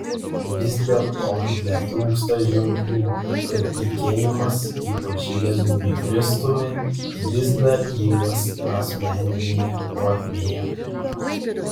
vis dėlto netrūksta ženklų kad tikėjimas ypač jėzumi kristumi vis dar gyvas asmeninėje plotmėje